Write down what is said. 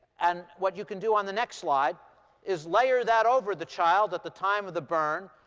and what you can do on the next slide is layer that over the child at the time of the burn.